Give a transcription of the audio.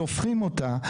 שופכים אותה,